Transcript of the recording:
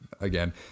again